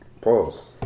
Pause